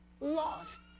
lost